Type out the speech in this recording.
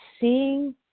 seeing